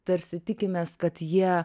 tarsi tikimės kad jie